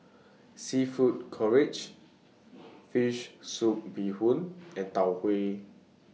Seafood Fish Soup Bee Hoon and Tau Huay